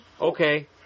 Okay